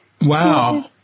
Wow